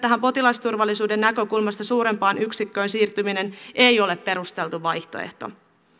tähän potilasturvallisuuden näkökulmasta suurempaan yksikköön siirtyminen ei ole perusteltu vaihtoehto